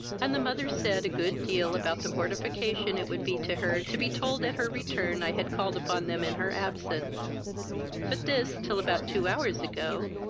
and the mother said a good deal about the mortification it would be to her to be told at her return i had called upon them in her absence but this, till about two hours ago,